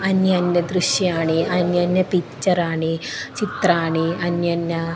अन्यः अन्यः दृश्यानि अन्यः अन्यः पिक्चराणि चित्राणि अन्यः अन्यः